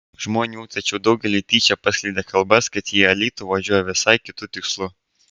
žmonių tačiau daugeliui tyčia paskleidė kalbas kad jie į alytų važiuoja visai kitu tikslu